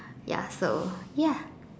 ya so ya